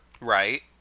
Right